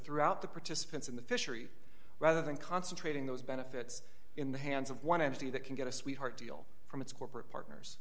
throughout the participants in the fishery rather than concentrating those benefits in the hands of one entity that can get a sweetheart deal from its corporate partners